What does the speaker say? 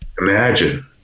imagine